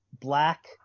black